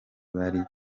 bari